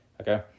Okay